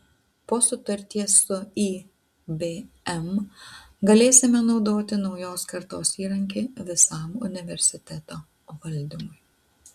po sutarties su ibm galėsime naudoti naujos kartos įrankį visam universiteto valdymui